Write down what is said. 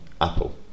Apple